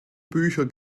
bücher